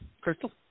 Crystal